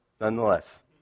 Nonetheless